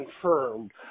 confirmed